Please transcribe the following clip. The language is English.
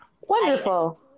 wonderful